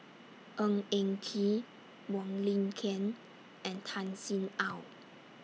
Ng Eng Kee Wong Lin Ken and Tan Sin Aun